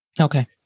Okay